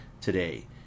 today